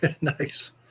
nice